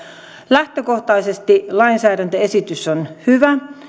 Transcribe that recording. lähtökohtaisesti lainsäädäntöesitys on hyvä